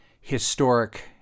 historic